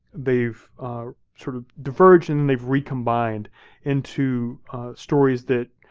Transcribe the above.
they've sort of diverged and then they've recombined into stories that